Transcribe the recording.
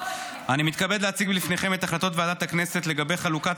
אני מתכבד להציג בפניכם את החלטות ועדת הכנסת לגבי חלוקת